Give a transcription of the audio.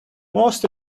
most